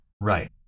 Right